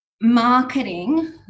marketing